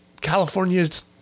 California's